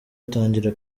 atangira